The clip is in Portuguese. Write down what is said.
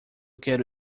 quero